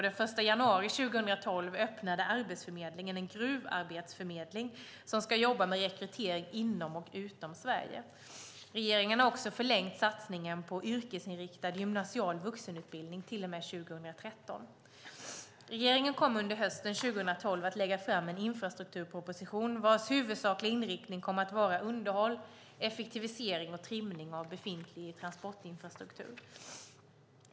Den 1 januari 2012 öppnade Arbetsförmedlingen en gruvarbetsförmedling som ska jobba med rekrytering inom och utom Sverige. Regeringen har också förlängt satsningen på yrkesinriktad gymnasial vuxenbildning till och med 2013. Regeringen kommer under hösten 2012 att lägga fram en infrastrukturproposition vars huvudsakliga inriktning kommer att vara underhåll, effektivisering och trimning av befintlig transportinfrastruktur.